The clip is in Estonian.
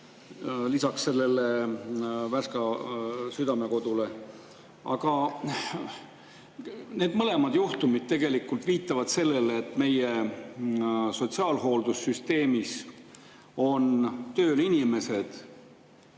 lisaks sellele Värska Südamekodule Lille Kodu. Need mõlemad juhtumid viitavad sellele, et meie sotsiaalhooldussüsteemis on tööl inimesed